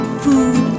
food